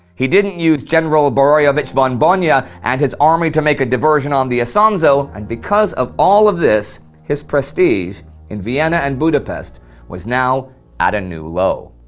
he didn't use general borojevic von bojna yeah and his army to make a diversion on the isonzo, and because of all of this his prestige in vienna and budapest was now at a new low.